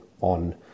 on